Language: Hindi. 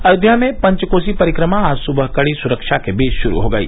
अयोध्या में पंचकोसी परिक्रमा आज सुबह कड़ी सुरक्षा के बीच शुरू हो गयी